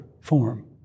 form